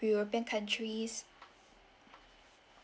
european countries